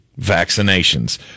vaccinations